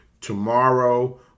tomorrow